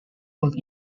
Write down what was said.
role